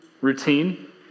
Routine